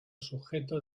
sujeto